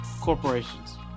corporations